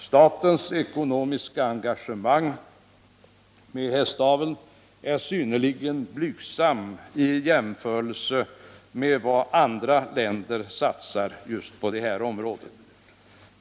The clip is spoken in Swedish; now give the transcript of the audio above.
Statens ekonomiska engagemang i hästaveln är synnerligen blygsamt i jämförelse med andra länders satsning på detta område.